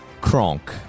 Kronk